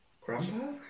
Grandpa